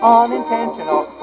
unintentional